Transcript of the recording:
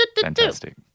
Fantastic